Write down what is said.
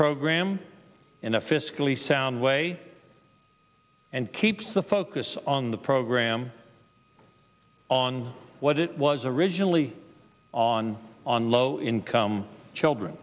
program in a fiscally sound way and keeps the focus on the program on what it was originally on on low income children